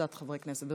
וקבוצת חברי הכנסת.